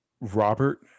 Robert